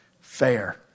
Fair